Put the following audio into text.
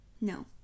No